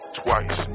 twice